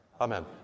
Amen